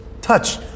touch